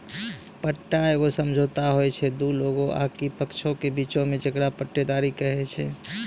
पट्टा एगो समझौता होय छै दु लोगो आकि पक्षों के बीचो मे जेकरा पट्टेदारी कही छै